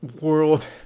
world